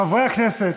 חברי הכנסת,